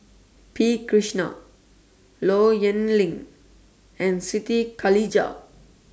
P Krishnan Low Yen Ling and Siti Khalijah